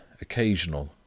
occasional